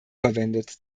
verwendet